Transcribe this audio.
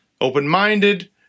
Open-minded